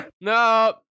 No